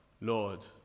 Lord